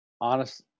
honest